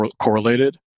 correlated